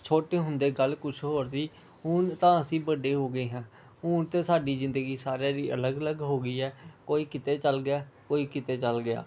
ਛੋਟੇ ਹੁੰਦੇ ਗੱਲ ਕੁਝ ਹੋਰ ਸੀ ਹੁਣ ਤਾਂ ਅਸੀਂ ਵੱਡੇ ਹੋ ਗਏ ਹਾਂ ਹੁਣ ਤਾਂ ਸਾਡੀ ਜ਼ਿੰਦਗੀ ਸਾਰਿਆਂ ਦੀ ਅਲੱਗ ਅਲੱਗ ਹੋ ਗਈ ਹੈ ਕੋਈ ਕਿਤੇ ਚਲਾ ਗਿਆ ਕੋਈ ਕਿਤੇ ਚਲ ਗਿਆ